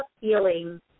feeling